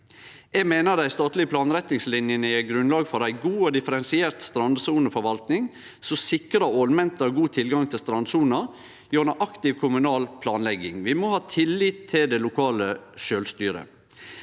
Eg meiner dei statlege planretningslinjene gjev grunnlag for ei god og differensiert strandsoneforvalting som sikrar ålmenta god tilgang til strandsona gjennom aktiv kommunal planlegging. Vi må ha tillit til det lokale sjølvstyret.